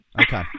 Okay